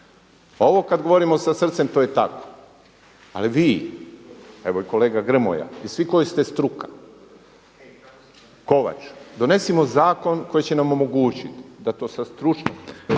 Ovo kada govorimo sa srcem to je tako. Ali vi evo i kolega Grmoja i svi koji ste struka, Kovač donesimo zakon koji će nam omogućiti da to sa …